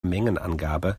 mengenangabe